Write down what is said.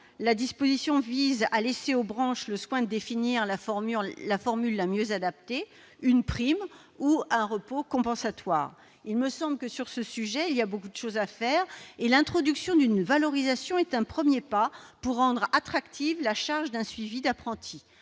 la disposition vise à laisser aux branches le soin de définir la formule la mieux adaptée : une prime ou un repos compensatoire. Il me semble que, sur ce sujet, beaucoup de choses pourraient être faites. L'introduction d'une valorisation est un premier pas pour rendre attractive la charge d'un suivi d'apprenti.